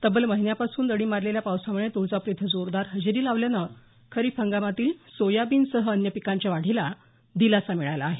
तब्बल महिन्यापासून दडी मारलेल्या पावसामुळे तुळजापूर इथं जोरदार हजेरी लावल्याने खरीप हंगामातील सोयाबिनसह अन्य पिकांच्या वाढीला दिलासा मिळाला आहे